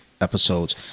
episodes